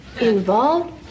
involved